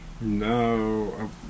no